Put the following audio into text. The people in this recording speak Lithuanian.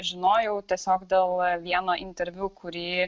žinojau tiesiog dėl vieno interviu kurį